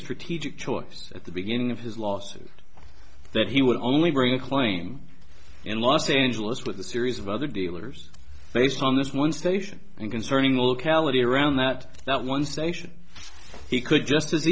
strategic choice at the beginning of his lawsuit that he would only bring a claim in los angeles with a series of other dealers based on this one station and concerning look ality around that that one station he could just as